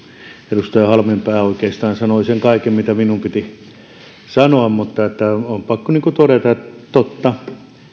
edustaja halmeenpää oikeastaan sanoi sen kaiken mitä minun piti sanoa mutta on pakko todeta että totta